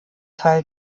teil